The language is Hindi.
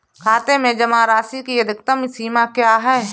खाते में जमा राशि की अधिकतम सीमा क्या है?